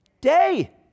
day